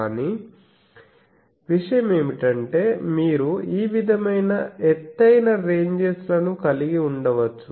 కాని ఒక విషయం ఏమిటంటే మీరు ఈ విధమైన ఎత్తైన రెంజెస్ లను కలిగి ఉండవచ్చు